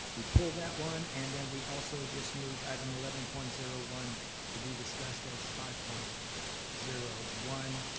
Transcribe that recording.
we pulled that one, and then we also just moved item eleven point zero one to be discussed as five point zero one.